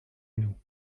nous